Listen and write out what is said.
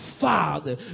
Father